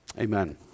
Amen